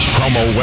Promo